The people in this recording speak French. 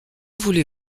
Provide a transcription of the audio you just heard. voulez